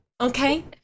okay